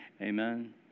Amen